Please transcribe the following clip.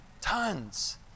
Tons